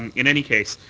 in any case,